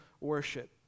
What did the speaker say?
worship